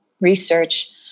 research